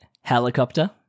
helicopter